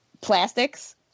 Plastics